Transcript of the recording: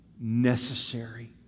necessary